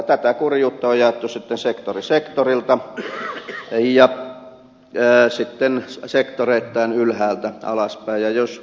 tätä kurjuutta on jaettu sitten sektori sektorilta ja sektoreittain ylhäältä alaspäin